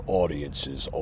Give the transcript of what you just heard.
audiences